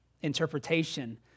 interpretation